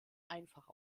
einfach